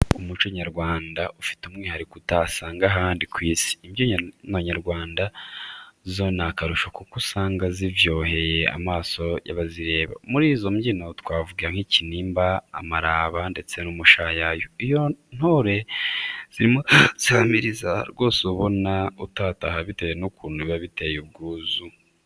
Umuco nyarwanda ufite umwihariko utasanga ahandi ku isi. Imbyino nyarwanda zo ni akarusho kuko usanga ziryoheye amaso y'abazireba. Muri izo mbyino twavuga nk'ikinimba, amaraba ndetse n'umushayayo. Iyo intore zirimo zihamiriza, rwose uba ubona utataha bitewe n'ukuntu biba biteye ubwuzu.